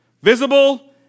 visible